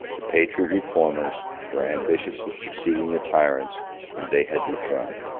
the patriot reformers were ambitious of succeeding the tyrants whom they had dethroned.